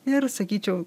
ir sakyčiau